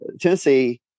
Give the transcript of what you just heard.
Tennessee